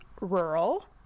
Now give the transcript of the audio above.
rural